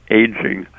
aging